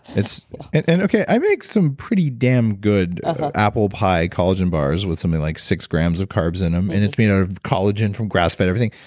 and and okay, i make some pretty damn good apple pie collagen bars, with something like six grams of carbs in them. and it's you know, collagen from grass fed, everything.